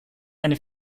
eine